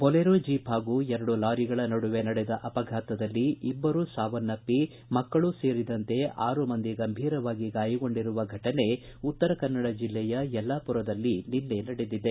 Bolero jeep ಪಾಗೂ ಎರಡು ಲಾರಿಗಳ ನಡುವೆ ನಡೆದ ಅಪಘಾತದಲ್ಲಿ ಇಬ್ಲರು ಸಾವನ್ನಪ್ಪಿ ಮಕ್ಕಳು ಸೇರಿದಂತೆ ಆರು ಮಂದಿ ಗಂಭೀರವಾಗಿ ಗಾಯಗೊಂಡಿರುವ ಫಟನೆ ಉತ್ತರಕನ್ನಡ ಜಿಲ್ಲೆಯ ಯಲ್ಲಾಪುರದಲ್ಲಿ ನಿನ್ನೆ ನಡೆದಿದೆ